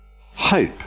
Hope